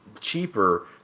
cheaper